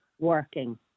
working